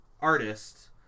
artist